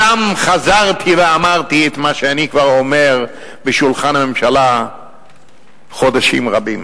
שם חזרתי ואמרתי את מה שאני כבר אומר בשולחן הממשלה חודשים רבים,